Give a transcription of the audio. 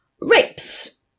rapes